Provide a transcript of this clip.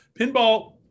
pinball